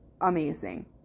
amazing